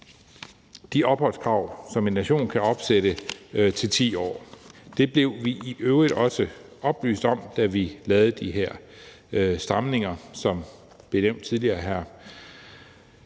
de opholdskrav, som en nation kan opsætte, til 10 år. Det blev vi i øvrigt også oplyst om, da vi lavede de her stramninger, som blev nævnt tidligere af